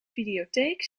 videotheek